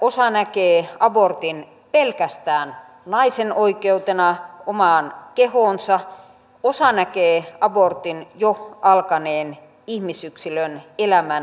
osa näkee abortin pelkästään naisen oikeutena omaan kehoonsa osa näkee abortin jo alkaneen ihmisyksilön elämän lopettamisena